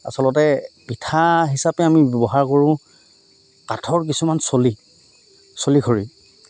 আচলতে পিঠা হিচাপে আমি ব্যৱহাৰ কৰোঁ কাঠৰ কিছুমান চলি চলি খৰি